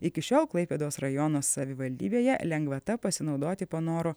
iki šiol klaipėdos rajono savivaldybėje lengvata pasinaudoti panoro